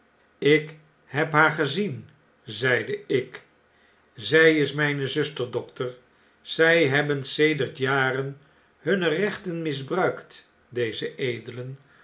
lk heb haar gezien zeide ik zij is mijne zuster dokter zij hebben sedert jaren hunne rechten misbruikt deze